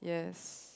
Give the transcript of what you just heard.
yes